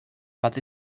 but